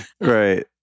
right